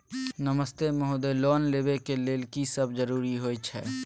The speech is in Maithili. नमस्ते महोदय, लोन लेबै के लेल की सब जरुरी होय छै?